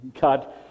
God